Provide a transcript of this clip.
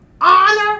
honor